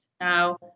Now